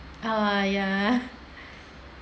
uh ya